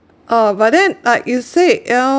uh but then like you say you know